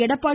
Edappadi